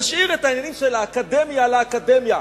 נשאיר את העניינים של האקדמיה לאקדמיה,